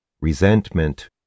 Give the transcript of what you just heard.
resentment